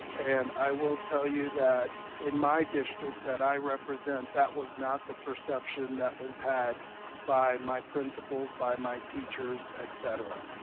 and i will tell you that in my district that i represent, that was not the perception that was had by my principals, by my teachers, et cetera.